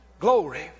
Glory